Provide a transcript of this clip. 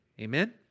Amen